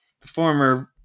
former